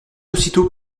aussitôt